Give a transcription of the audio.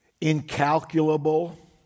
incalculable